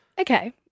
Okay